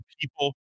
people